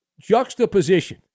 juxtaposition